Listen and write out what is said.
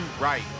right